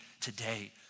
today